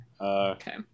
Okay